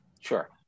Sure